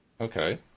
Okay